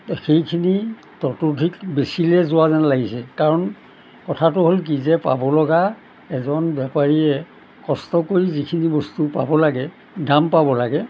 সেইখিনি ততোধিক বেছিলে যোৱা যেন লাগিছে কাৰণ কথাটো হ'ল কি যে পাব লগা এজন বেপাৰীয়ে কষ্ট কৰি যিখিনি বস্তু পাব লাগে দাম পাব লাগে